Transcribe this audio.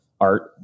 art